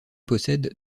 possède